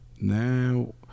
now